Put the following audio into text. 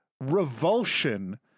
revulsion